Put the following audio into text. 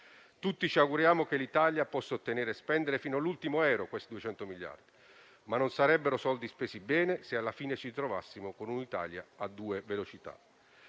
Tutti ci auguriamo che l'Italia possa ottenere e spendere, fino all'ultimo euro, questi 200 miliardi, ma non sarebbero soldi spesi bene, se alla fine ci trovassimo con un'Italia a due velocità.